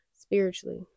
spiritually